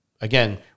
again